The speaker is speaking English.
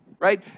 right